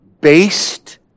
based